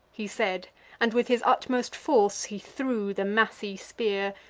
he said and with his utmost force he threw the massy spear,